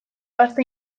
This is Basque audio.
aste